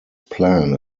plan